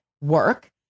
work